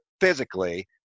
physically